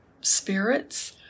spirits